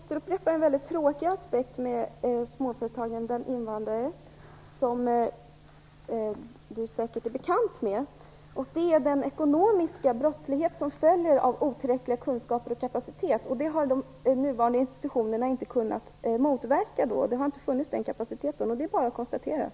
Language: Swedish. Fru talman! Jag skall be att få återupprepa en mycket tråkig aspekt med småföretagande bland invandrare som Bo Bernhardsson säkert är bekant med. Det gäller den ekonomiska brottslighet som följer av otillräckliga kunskaper och otillräcklig kapacitet. Det har de nuvarande institutionerna inte kunnat motverka. Den kapaciteten har inte funnits. Det är bara att konstatera det.